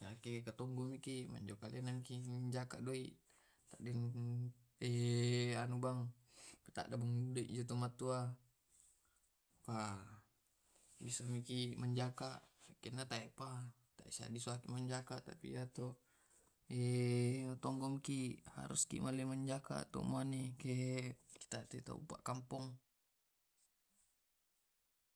yake menjoka tenaki jako doi. anu bang tada bung meloto matoa pa bisamiki menjaga keta taipa tongkoki haruski melo manjaka tomane ke teka tokampong